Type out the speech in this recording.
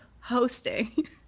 hosting